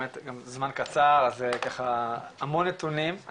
באמת בזמן קצר אז ככה המון נתונים,